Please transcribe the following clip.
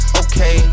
okay